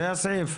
זה הסעיף?